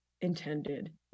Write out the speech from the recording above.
intended